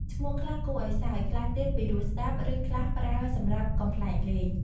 ឈ្មោះខ្លះគួរឱ្យសើច ខ្លះទៀតពិរោះស្ដាប់ ឬខ្លះប្រើសម្រាប់កំប្លែងលេង។